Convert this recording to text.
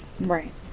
Right